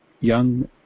young